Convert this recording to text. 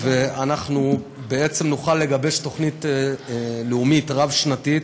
ואנחנו בעצם נוכל לגבש תוכנית לאומית רב-שנתית.